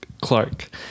Clark